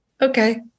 Okay